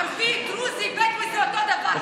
ערבי, דרוזי, בדואי, זה אותו דבר.